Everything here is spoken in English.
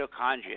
mitochondria